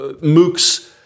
Mook's